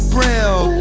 Braille